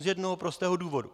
Z jednoho prostého důvodu.